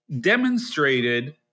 demonstrated